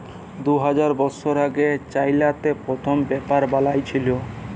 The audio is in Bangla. দু হাজার বসর আগে চাইলাতে পথ্থম পেপার বালাঁই ছিল